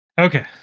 Okay